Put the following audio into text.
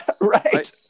right